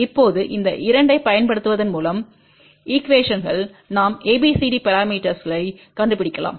இப்போது இந்த 2 ஐப் பயன்படுத்துவதன் மூலம் ஈகுவேஷன்டுகள் நாம் ABCD பரமீட்டர்ஸ்வைக் parameters கண்டுபிடிக்கலாம்